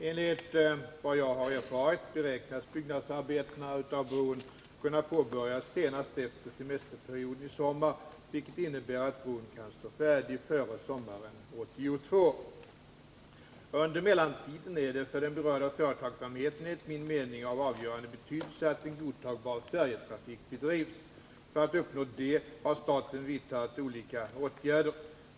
Enligt vad jag har erfarit beräknas byggnadsarbetena för bron kunna påbörjas senast efter semesterperioden i sommar, vilket innebär att bron kan stå färdig före sommaren 1982. Under mellantiden är det för den berörda företagsamheten enligt min mening av avgörande betydelse att en godtagbar färjetrafik bedrivs. För att uppnå detta har staten vidtagit olika åtgärder.